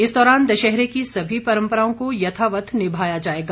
इस दौरान दशहरे की सभी परंपराओं को यथावत निभाया जाएगा